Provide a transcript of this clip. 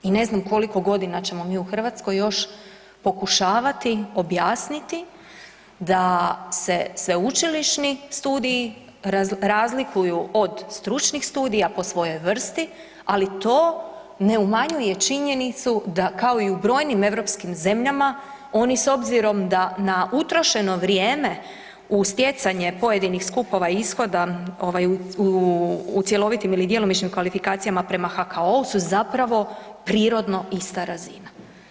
I ne znam koliko godina ćemo mi u Hrvatskoj još pokušavati objasniti da se sveučilišni studiji razlikuju od stručnih studija po svojoj vrsti ali to ne umanjuje činjenicu da kao i u brojim europskim zemljama, oni s obzirom da na utrošeno vrijeme u stjecanje pojedinih skupova ishoda u cjelovitim ili djelomičnim kvalifikacijama prema HKO-u su zapravo prirodno ista razina.